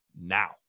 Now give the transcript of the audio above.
Now